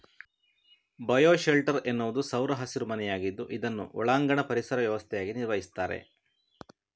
bio shelter ಎನ್ನುವುದು ಸೌರ ಹಸಿರು ಮನೆಯಾಗಿದ್ದು ಇದನ್ನು ಒಳಾಂಗಣ ಪರಿಸರ ವ್ಯವಸ್ಥೆಯಾಗಿ ನಿರ್ವಹಿಸ್ತಾರೆ